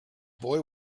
boy